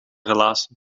relatie